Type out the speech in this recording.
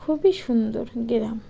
খুবই সুন্দর গ্রাম